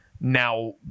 now